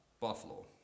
Buffalo